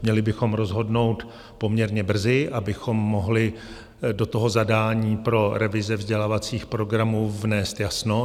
Měli bychom rozhodnout poměrně brzy, abychom mohli do zadání pro revize vzdělávacích programů vnést jasno.